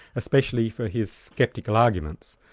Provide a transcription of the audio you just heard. especially for his sceptical arguments.